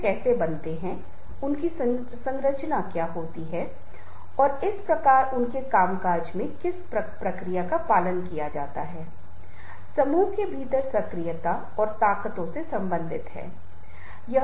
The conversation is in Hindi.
कैसे वे हमारे संचार व्यवहार और संचार व्यवहार के माध्यम से बहुत प्रभावी हो रहे हैं कि कैसे वे दूसरों को सफलतापूर्वक प्रेरित करने में सक्षम हैं